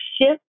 shift